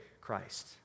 Christ